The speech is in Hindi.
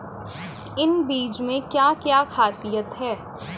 इन बीज में क्या क्या ख़ासियत है?